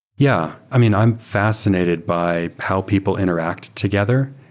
yeah. i mean i'm fascinated by how people interact together.